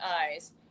eyes